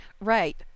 Right